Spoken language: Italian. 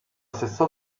stessa